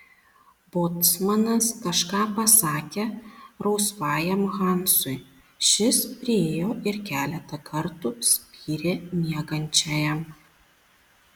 bocmanas kažką pasakė rausvajam hansui šis priėjo ir keletą kartų spyrė miegančiajam